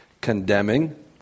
condemning